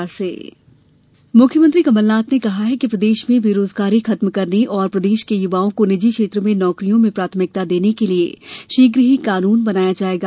कमलनाथ मुख्यमंत्री कमलनाथ ने कहा कि प्रदेश में बेरोजगारी खत्म करने और प्रदेश के युवाओं को निजी क्षेत्र में नौकरियों में प्राथमिकता देने के लिये शीघ्र ही कानून बनाया जायेगा